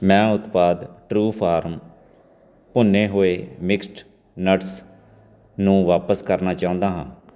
ਮੈਂ ਉਤਪਾਦ true farm ਭੁੰਨੇ ਹੋਏ ਮਿਕਸਡ ਨਟਸ ਨੂੰ ਵਾਪਸ ਕਰਨਾ ਚਾਹੁੰਦਾ ਹਾਂ